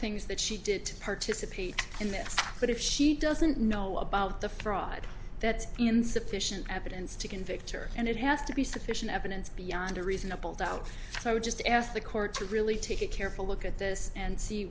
things that she did to participate in that but if she doesn't know about the fraud that's insufficient evidence to convict her and it has to be sufficient evidence beyond a reasonable doubt i would just ask the court to really take a careful look at this and see